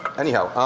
anyhow